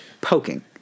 poking